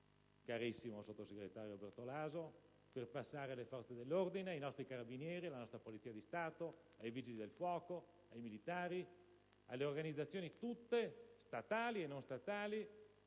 carissimo sottosegretario Bertolaso, per passare alle forze dell'ordine, ai nostri Carabinieri, alla nostra Polizia di Stato, ai Vigili del fuoco, ai militari, alle organizzazioni tutte, statali e non statali,